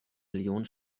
millionen